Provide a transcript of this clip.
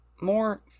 more